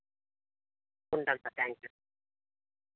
ఉంటాను sir thank you